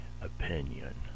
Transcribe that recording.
opinion